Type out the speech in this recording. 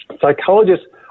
Psychologists